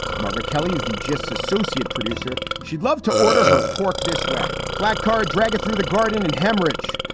margaret kelly is the gist associate producer. she'd love to order her pork this way. flatcar drag it through the garden and hemorrhage.